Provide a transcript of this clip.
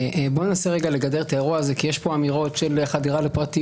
בואו ננסה לגדר את האירוע הזה כי יש פה אמירות של חדירה לפרטיות,